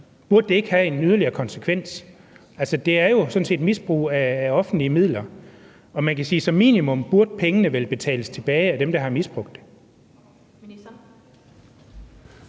burde det ikke have en yderligere konsekvens? Det er jo sådan set misbrug af offentlige midler, og man kan sige, at som minimum burde pengene vel betales tilbage af dem, der har misbrugt det.